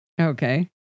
Okay